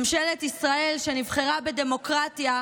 ממשלת ישראל, שנבחרה בדמוקרטיה,